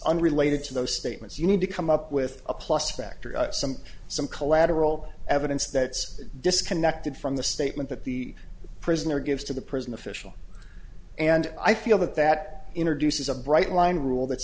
unrelated to those statements you need to come up with a plus factor some some collateral evidence that is disconnected from the statement that the prisoner gives to the prison official and i feel that that introduces a bright line rule that